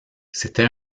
c’était